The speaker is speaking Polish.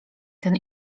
ten